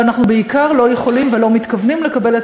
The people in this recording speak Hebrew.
ואנחנו בעיקר לא יכולים ולא מתכוונים לקבל את